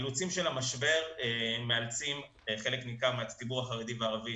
האילוצים של המשבר מאלצים חלק ניכר מהציבור החרדי והערבי